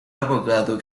abogado